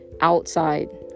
outside